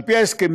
על פי ההסכמים,